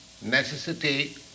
necessity